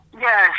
Yes